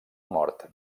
mort